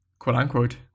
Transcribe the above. Quote-unquote